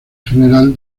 general